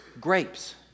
grapes